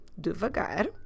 devagar